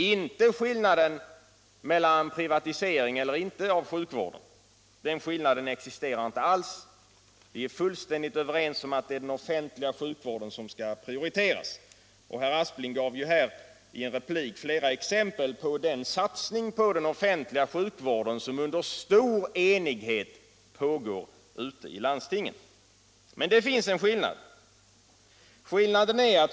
Men den gäller inte privatpraktisering eller inte privatisering av sjukvården. Någon skillnad där existerar inte. Vi är fullständigt överens om att den offentliga sjukvården skal! prioriteras. Herr Aspling gav i en replik flera exempel på den satsning på den offentliga sjukvården som under stor enighet pågår ute i landstingen. Men det finns en saklig skillnad.